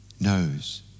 knows